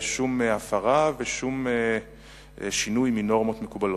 שום הפרה ושום שינוי מנורמות מקובלות.